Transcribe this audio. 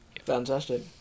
fantastic